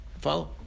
Follow